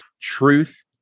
truth